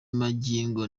magingo